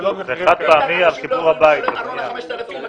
לא יכולים לשלם ארנונה 5,000 שקלים,